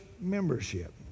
membership